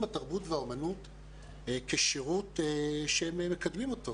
התרבות והאומנות כשירות שהם מקדמים אותו,